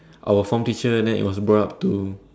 our former teacher then it was brought up to